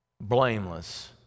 blameless